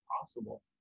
possible